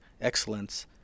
excellence